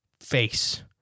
face